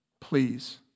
Please